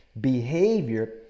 behavior